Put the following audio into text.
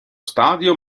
stadio